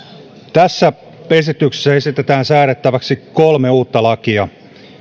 tässä esityksessä esitetään säädettäväksi kolme uutta lakia